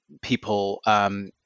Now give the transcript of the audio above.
people –